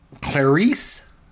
Clarice